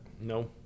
no